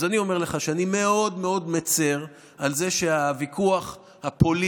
אז אני אומר לך שאני מאוד מאוד מצר על זה שהוויכוח הפוליטי,